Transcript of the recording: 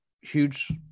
huge